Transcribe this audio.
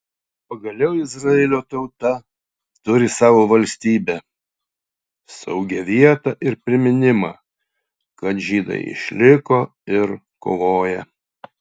pagaliau izraelio tauta turi savo valstybę saugią vietą ir priminimą kad žydai išliko ir kovoja